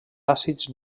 àcids